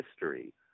history